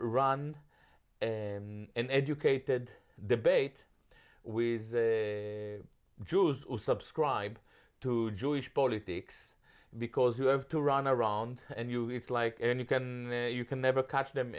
run an educated debate with jews who subscribe to jewish politics because you have to run around and you it's like and you can you can never catch them